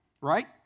right